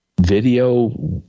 Video